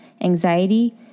anxiety